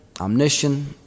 omniscient